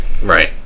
Right